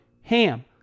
HAM